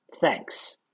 Thanks